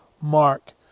mark